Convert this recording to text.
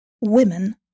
Women